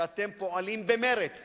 שאתם פועלים במרץ